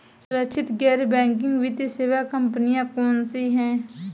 सुरक्षित गैर बैंकिंग वित्त सेवा कंपनियां कौनसी हैं?